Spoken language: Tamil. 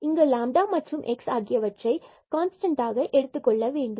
இங்கு மற்றும் x ஆகியவற்றை கான்ஸ்டன்டாக எடுத்துக்கொள்ள வேண்டும்